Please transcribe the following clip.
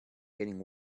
getting